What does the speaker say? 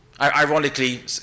ironically